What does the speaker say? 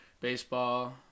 baseball